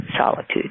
solitude